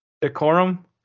decorum